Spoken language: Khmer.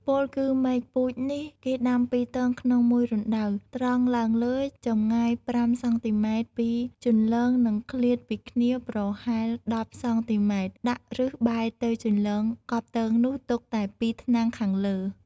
ពោលគឺមែកពូជនេះគេដាំពីរទងក្នុងមួយរណ្តៅ ត្រង់ឡើងលើចម្ងាយ ៥ សង់ទីម៉ែត្រ ពីជន្លង់និងឃ្លាតពីគ្នាប្រហែល ១០ សង់ទីម៉ែត្រ ដាក់ឫសបែរទៅជន្លង់ កប់ទងនោះទុកតែ ២ថ្នាំងខាងលើ។